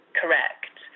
correct